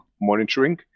monitoring